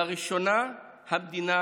לראשונה במדינה